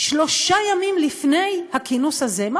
שלושה ימים לפני הכינוס הזה.